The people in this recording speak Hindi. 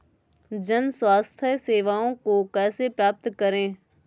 जन स्वास्थ्य सेवाओं को कैसे प्राप्त करें?